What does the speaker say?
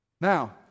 Now